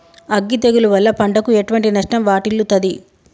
అగ్గి తెగులు వల్ల పంటకు ఎటువంటి నష్టం వాటిల్లుతది?